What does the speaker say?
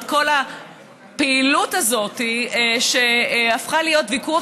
שכל הפעילות הזאת הפכה להיות ויכוח